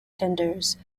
tenders